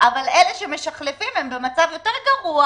אבל אלה שמשחלפים הם במצב יותר גרוע,